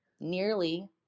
nearly